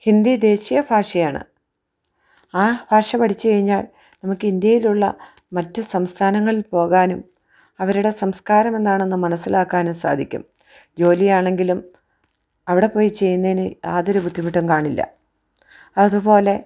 ഹിന്ദി ദേശീയ ഭാഷയാണ് ആ ഭാഷ പഠിച്ചുകഴിഞ്ഞാൽ നമുക്ക് ഇന്ത്യയിലുള്ള മറ്റു സംസ്ഥാനങ്ങളിൽ പോകാനും അവരുടെ സംസ്കാരമെന്താണെന്ന് മനസ്സിലാക്കാനും സാധിക്കും ജോലിയാണെങ്കിലും അവിടെപ്പോയി ചെയ്യുന്നതിന് യാതൊരു ബുദ്ധിമുട്ടും കാണില്ല അതുപോലെ